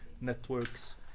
Networks